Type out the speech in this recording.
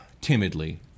timidly